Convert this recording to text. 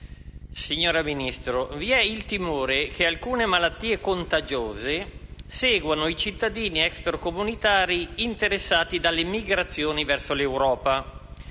Signora Ministra, vi è il timore che alcune malattie contagiose seguano i cittadini extracomunitari interessati dalle migrazioni verso l'Europa.